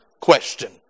question